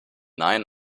nein